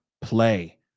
play